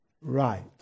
right